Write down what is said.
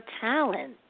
talent